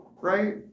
right